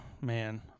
Man